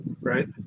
right